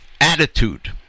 attitude